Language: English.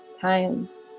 times